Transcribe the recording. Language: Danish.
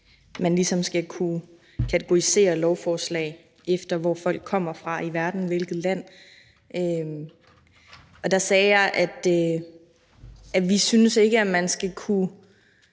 man ligesom skal kunne kategorisere lovforslag efter, hvor folk kommer fra i verden, hvilket land man kommer fra. Og der sagde jeg, at vi ikke synes, man skal kunne